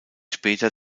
später